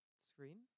screen